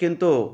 किन्तु